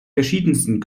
verschiedensten